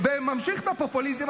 וממשיך את הפופוליזם,